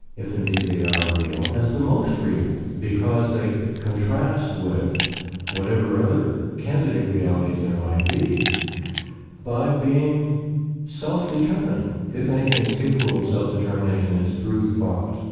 if indeed they are real, as the most real because they contrast with whatever other candidate realities there might be by being self-determining. if anything is capable of self-determination, it's through thought.